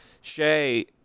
Shay